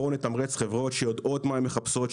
בואו נתמרץ חברות שיודעות מה הן מחפשות,